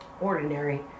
ordinary